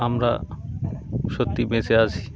আমরা সত্যি বেঁচে আছি